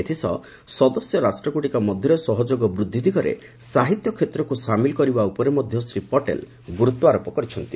ଏଥିସହ ସଦସ୍ୟ ରାଷ୍ଟ୍ରଗୁଡ଼ିକ ମଧ୍ୟରେ ସହଯୋଗ ବୃଦ୍ଧି ଦିଗରେ ସାହିତ୍ୟ କ୍ଷେତ୍ରକୁ ସାମିଲ କରିବା ଉପରେ ମଧ୍ୟ ଶ୍ରୀ ପଟେଲ ଗୁରୁତ୍ୱାରୋପ କରିଛନ୍ତି